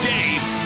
Dave